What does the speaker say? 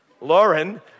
Lauren